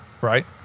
Right